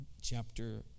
chapter